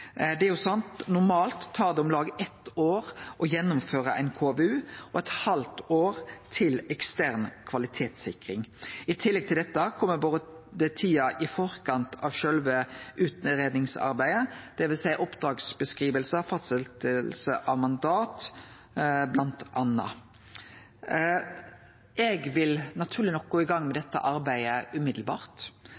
Normalt tar det om lag eitt år å gjennomføre ein KVU og eit halvt år til ekstern kvalitetssikring. I tillegg til dette kjem tida i forkant av sjølve utgreiingsarbeidet, dvs. bl.a. oppdragsskildring og fastsetjing av mandat. Eg vil naturleg nok gå i gang med dette arbeidet med ein gong. Eg meiner det